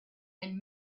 and